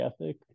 ethic